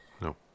No